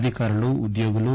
అధికారులు ఉద్యోగులు